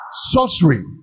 Sorcery